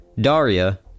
Daria